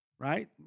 right